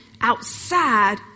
outside